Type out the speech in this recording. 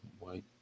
white